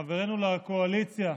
חברינו לקואליציה,